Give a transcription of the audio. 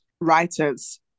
writers